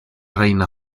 reina